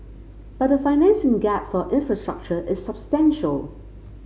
but the financing gap for infrastructure is substantial